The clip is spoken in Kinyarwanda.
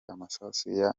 amasasu